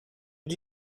did